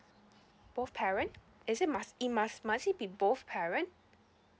both parent is it must it must must it be both parent